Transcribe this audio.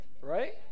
Right